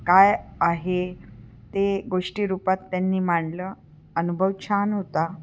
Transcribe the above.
काय आहे ते गोष्टीरूपात त्यांनी मांडलं अनुभव छान होता